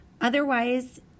otherwise